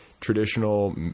traditional